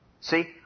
See